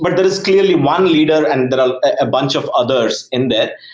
but there is clearly one leader and there are a bunch of others in there.